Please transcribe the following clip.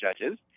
judges